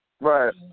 Right